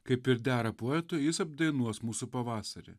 kaip ir dera poetų jis apdainuos mūsų pavasarį